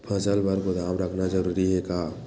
फसल बर गोदाम रखना जरूरी हे का?